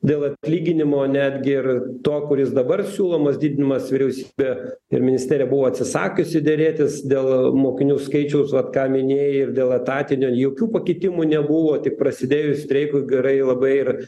dėl atlyginimo netgi ir to kuris dabar siūlomas didinimas vyriausybė ir ministerija buvo atsisakiusi derėtis dėl mokinių skaičiaus vat ką minėjai ir dėl etatinio jokių pakitimų nebuvo tik prasidėjus streikui gerai labai ir